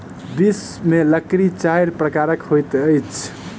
विश्व में लकड़ी चाइर प्रकारक होइत अछि